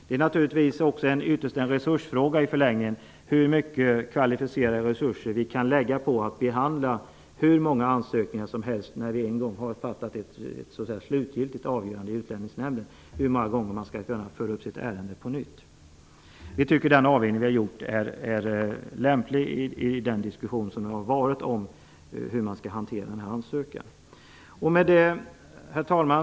Det är naturligtvis ytterst en avvägningsfråga hur mycket av kvalificerade resurser vi kan använda för behandling av ansökningar när vi en gång har kommit till ett slutgiltigt avgörande i utlänningsnämnden om hur många gånger man skall kunna föra upp sitt ärende på nytt. Vi tycker att den avvägning vi har gjort om hur man skall hantera den här ansökan är lämplig. Herr talman!